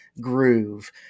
groove